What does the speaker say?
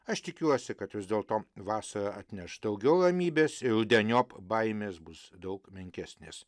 aš tikiuosi kad vis dėlto vasara atneš daugiau ramybės ir rudeniop baimės bus daug menkesnės